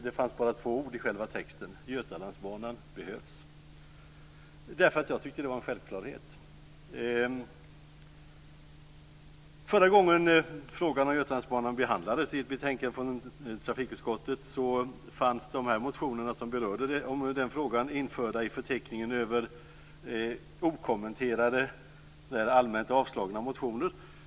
Det fanns bara två ord i själva motionstexten: Götalandsbanan behövs. Det är för att jag tycker att det är en självklarhet. Förra gången frågan om Götalandsbanan behandlades i ett betänkande från trafikutskottet fanns de motioner som berörde frågan införda i förteckningen över okommenterade allmänt avslagna motioner.